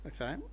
Okay